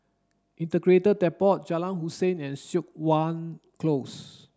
Integrated Depot Jalan Hussein and Siok Wan Close